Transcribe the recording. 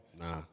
nah